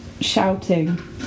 shouting